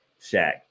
Shaq